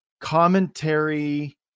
commentary